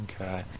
Okay